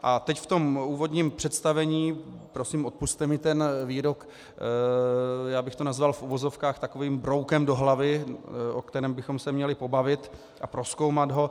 A teď v tom úvodním představení, prosím, odpusťte mi ten výrok, já bych to nazval v uvozovkách takovým broukem do hlavy, o kterém bychom se měli pobavit a prozkoumat ho.